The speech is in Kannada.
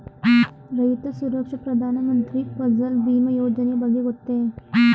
ರೈತ ಸುರಕ್ಷಾ ಪ್ರಧಾನ ಮಂತ್ರಿ ಫಸಲ್ ಭೀಮ ಯೋಜನೆಯ ಬಗ್ಗೆ ಗೊತ್ತೇ?